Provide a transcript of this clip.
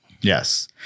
yes